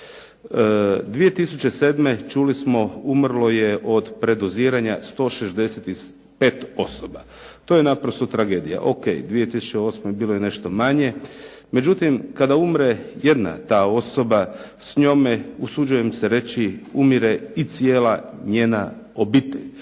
2007. čuli smo umrlo je od predoziranja 165 osoba. To je naprosto tragedija. O.k. 2008. bilo je nešto manje. Međutim, kada umre jedna ta osoba, s njome usuđujem se reći umire i cijela njena obitelj.